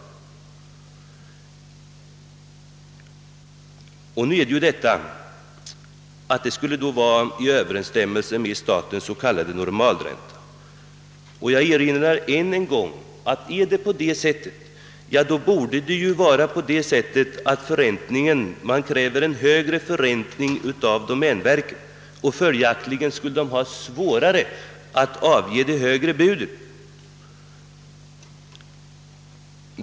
Det har sagts att detta skulle vara i överensstämmelse med statens s.k. normalränta. Jag erinrar än en gång om att eftersom man kräver en högre förräntning av domänverket skulle verket ha svårare att avge det högre budet.